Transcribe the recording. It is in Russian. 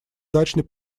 дачный